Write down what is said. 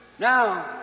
Now